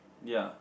ya